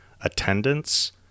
attendance